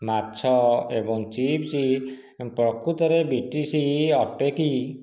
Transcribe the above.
ମାଛ ଏବଂ ଚିପ୍ସ ପ୍ରକୃତରେ ବ୍ରିଟିଶ୍ ଅଟେ କି